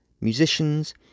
musicians